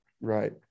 Right